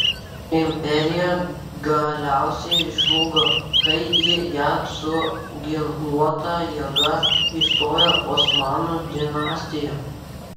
imperija galiausiai žlugo kai į ją su ginkluota jėga įstojo osmanų dinastija